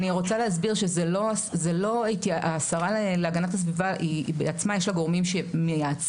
אני רוצה להסביר שהשרה להגנת הסביבה עצמה יש לה גורמים שמייעצים.